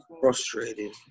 frustrated